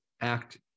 act